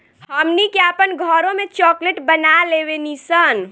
हमनी के आपन घरों में चॉकलेट बना लेवे नी सन